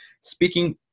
Speaking